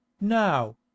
now